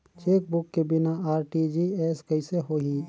Chequebook के बिना RTGS कइसे होही?